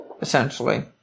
Essentially